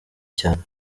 cyane